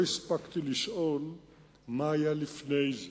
לא הספקתי לשאול מה היה לפני זה.